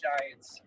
Giants